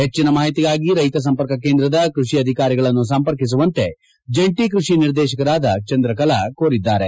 ಹೆಚ್ಚಿನ ಮಾಹಿತಿಗಾಗಿ ರೈತ ಸಂಪರ್ಕ ಕೇಂದ್ರದ ಕೃಷಿ ಅಧಿಕಾರಿಗಳನ್ನು ಸಂಪರ್ಕಿಸುವಂತೆ ಜಂಟಿ ಕೃಷಿ ನಿರ್ದೇಶಕರಾದ ಚಂದ್ರಕಲಾ ಕೋರಿದ್ದಾರೆ